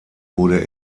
wurde